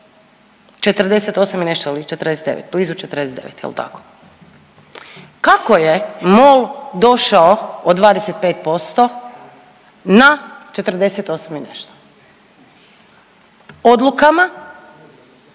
48 i nešto ili 49, blizu 49 jel tako. Kako je MOL došao od 25% na 48 i nešto? Odlukama